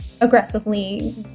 aggressively